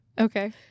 Okay